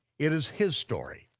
it is his story,